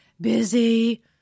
busy